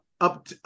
up